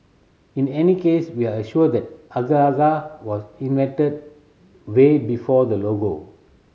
in any case we are assure the agar agar was invented way before the logo